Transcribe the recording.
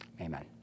amen